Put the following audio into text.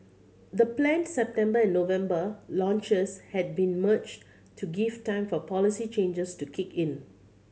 the planned September and November launches had been merged to give time for policy changes to kick in